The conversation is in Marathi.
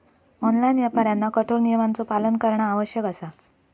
ऑनलाइन व्यापाऱ्यांना कठोर नियमांचो पालन करणा आवश्यक असा